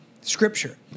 scripture